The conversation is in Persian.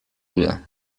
بودم